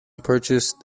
purchased